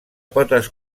potes